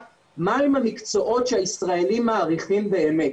מהם המקצועות שהישראלים מעריכים באמת.